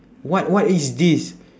what what is this